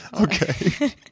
Okay